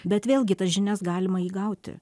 bet vėlgi tas žinias galima įgauti